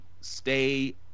stay